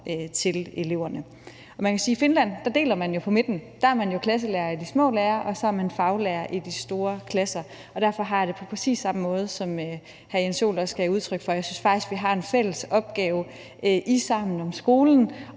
til eleverne. I Finland deler man på midten; der er man klasselærer i de små klasser, og så er man faglærer i de store klasser. Derfor har jeg det på præcis samme måde, som hr. Jens Joel også gav udtryk for, i forhold til at jeg faktisk synes, vi har en fælles opgave i, at vi i Sammen om skolen